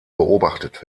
beobachtet